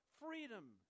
freedom